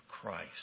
Christ